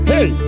Hey